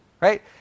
right